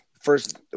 first